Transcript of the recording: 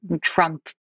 Trump